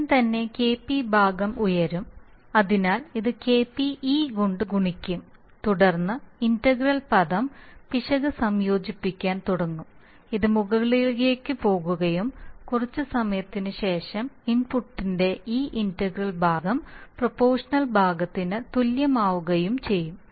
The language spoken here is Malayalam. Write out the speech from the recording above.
ഉടൻ തന്നെ Kp ഭാഗം ഉയരും അതിനാൽ ഇത് Kp ഇ കൊണ്ട് ഗുണിക്കും തുടർന്ന് ഇന്റഗ്രൽ പദം പിശക് സംയോജിപ്പിക്കാൻ തുടങ്ങും ഇത് മുകളിലേക്ക് പോകുകയും കുറച്ച് സമയത്തിന് ശേഷം ഇൻപുട്ടിന്റെ ഈ ഇന്റഗ്രൽ ഭാഗം പ്രൊപോഷണൽ ഭാഗത്തിന് തുല്യമാവുകയും ചെയ്യും